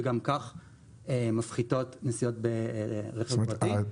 וגם כך מפחיתות נסיעות ברכב פרטי.